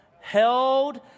held